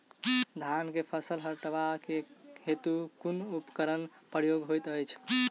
धान केँ फसल कटवा केँ हेतु कुन उपकरणक प्रयोग होइत अछि?